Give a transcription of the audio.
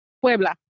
Puebla